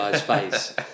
face